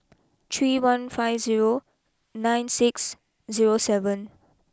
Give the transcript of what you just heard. three one five zero nine six zero seven